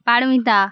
Paromita